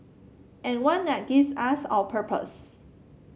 and one that gives us our purpose